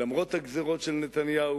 למרות הגזירות של נתניהו